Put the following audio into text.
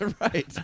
Right